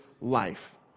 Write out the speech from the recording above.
life